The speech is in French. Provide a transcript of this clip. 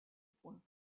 points